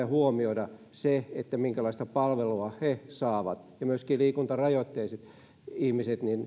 huomioida se minkälaista palvelua he saavat ja että myöskin liikuntarajoitteiset ihmiset